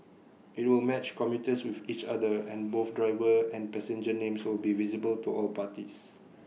IT will match commuters with each other and both driver and passenger names will be visible to all parties